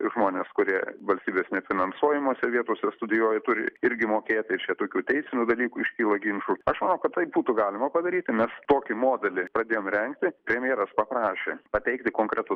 žmonės kurie valstybės nefinansuojamose vietose studijuoja turi irgi mokėt tai čia tokių teisinių dalykų iškyla ginčų aš manau kad taip būtų galima padaryti nes tokį modelį pradėjom rengti premjeras paprašė pateikti konkretų